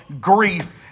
grief